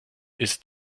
ist